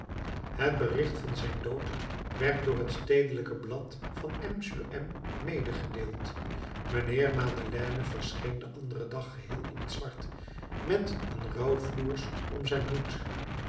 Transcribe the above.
het bericht van zijn dood werd door het stedelijk blad van m sur m medegedeeld mijnheer madeleine verscheen den anderen dag geheel in t zwart met een rouwfloers om zijn hoed